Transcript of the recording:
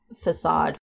facade